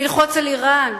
ללחוץ על אירן,